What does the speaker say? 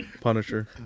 punisher